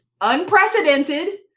unprecedented